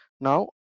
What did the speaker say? now